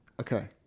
Okay